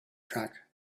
track